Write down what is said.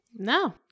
No